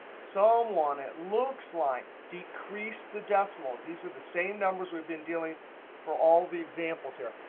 someone it looks like decreased the decimals. these are the same numbers we've been dealing for all the examples here.